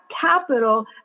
capital